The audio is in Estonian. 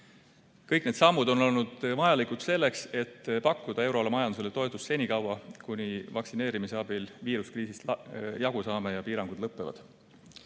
Kõik need sammud on olnud vajalikud selleks, et pakkuda euroala majandusele toetust senikaua, kuni vaktsineerimise abil viiruskriisist jagu saame ja piirangud lõpevad.